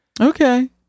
okay